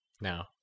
no